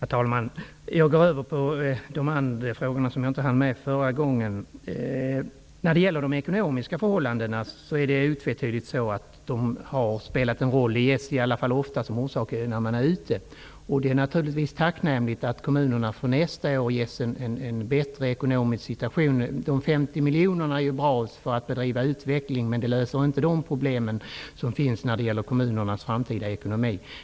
Herr talman! Jag går över till de frågor som jag inte hann med förra gången. När det gäller de ekonomiska förhållandena är det otvetydigt så att de har spelat en roll. De anges i alla fall ofta som orsak när man är ute. Det är naturligtvis tacknämligt att kommunerna ges en bättre ekonomisk situation nästa år. De 50 miljonerna är bra till att bedriva utveckling, men de löser inte problemen med kommunernas framtida ekonomi.